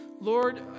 Lord